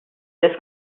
this